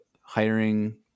hiring